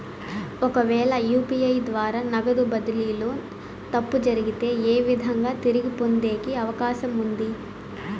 ఒకవేల యు.పి.ఐ ద్వారా నగదు బదిలీలో తప్పు జరిగితే, ఏ విధంగా తిరిగి పొందేకి అవకాశం ఉంది?